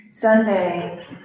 Sunday